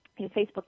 Facebook